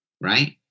Right